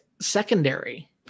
secondary